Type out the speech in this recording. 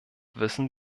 wissen